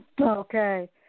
Okay